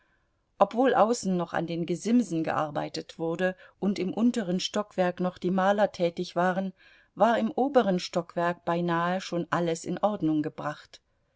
obwohl außen noch an den gesimsen gearbeitet wurde und im unteren stockwerk noch die maler tätig waren war im oberen stockwerk beinahe schon alles in ordnung gebracht